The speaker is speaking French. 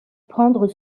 prendre